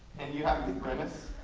and you have to grimace.